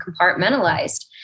compartmentalized